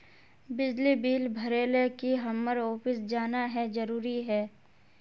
बिजली बिल भरे ले की हम्मर ऑफिस जाना है जरूरी है?